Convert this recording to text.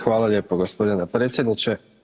Hvala lijepo gospodine predsjedniče.